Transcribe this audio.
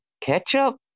ketchup